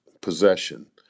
possession